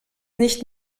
nicht